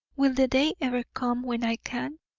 will the day ever come when i can?